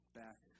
back